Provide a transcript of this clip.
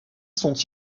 sont